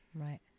Right